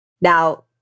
Now